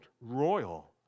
royal